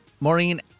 Maureen